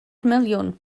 miliwn